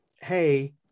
hey